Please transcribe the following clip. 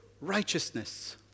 righteousness